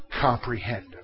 comprehend